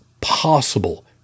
possible